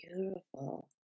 Beautiful